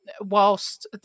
whilst